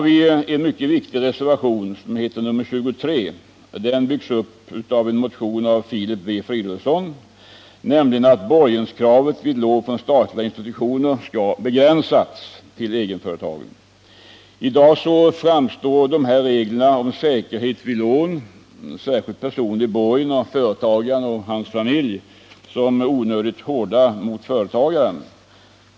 I den mycket viktiga reservationen 23 stödjer vi ett förslag i motionen 1501 av Filip W. Fridolfsson att borgenskravet vid lån till egenföretag från statliga institutioner skall begränsas. I dag framstår reglerna om säkerhet vid lån — särskilt personlig borgen av företagaren och hans familj — som onödigt hårda mot företagaren.